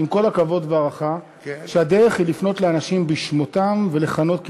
בושה וחרפה שאחד כזה נואם כאן.